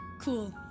Cool